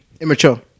Immature